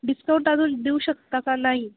discount अजून देऊ शकता का नाही